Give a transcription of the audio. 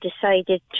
decided